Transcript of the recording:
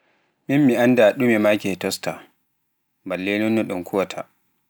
Min mi annda ɗume maa ke toaster balle nonno nɗun kuwaata.